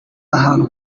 ahantu